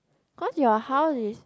cause your house is